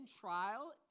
trial